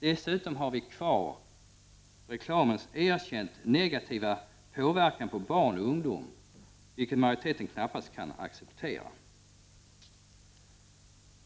Dessutom har vi reklamens erkänt negativa påverkan på barn och ungdom, vilket majoriteten knappast kan acceptera.